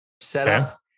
setup